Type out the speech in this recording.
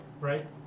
Right